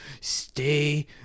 Stay